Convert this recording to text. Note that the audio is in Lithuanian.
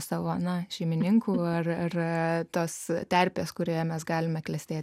savo na šeimininkų ar tos terpės kurioje mes galime klestėti